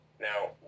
Now